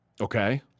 Okay